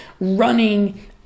running